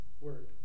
word